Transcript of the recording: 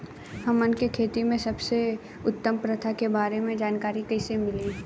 हमन के खेती में सबसे उत्तम प्रथा के बारे में जानकारी कैसे मिली?